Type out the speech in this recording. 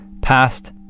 Past